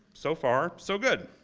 so far, so good.